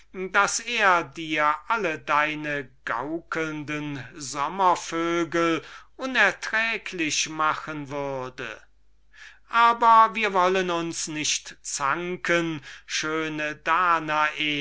daß er dir die hyacinthe und alle diese artigen gaukelnden sommervögel unerträglich machen würde aber wir wollen uns nicht zanken schöne danae